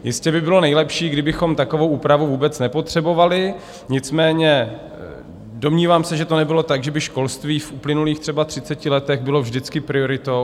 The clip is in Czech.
Jistě by bylo nejlepší, kdybychom takovou úpravu vůbec nepotřebovali, nicméně se domnívám, že to nebylo tak, že by školství v uplynulých třeba třiceti letech bylo vždycky prioritou.